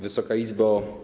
Wysoka Izbo!